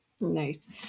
Nice